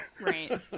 Right